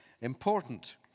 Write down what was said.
important